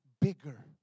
bigger